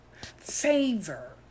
favor